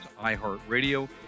iHeartRadio